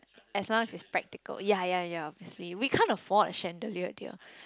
as long as it's practical ya ya ya obviously we can't afford a chandelier dear